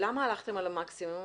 למה הלכתם על המקסימום,